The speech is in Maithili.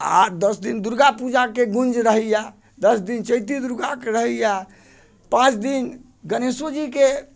आ दस दिन दुर्गा पूजाके गूँज रहैया दस दिन चैती दुर्गाके रहैया पाँच दिन गणेशो जीके